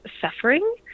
suffering